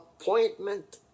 appointment